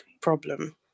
problem